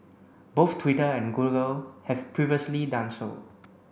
both Twitter and Google have previously done so